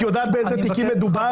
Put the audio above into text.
את יודעת באיזה תיקים מדובר?